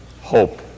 hope